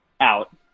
out